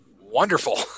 Wonderful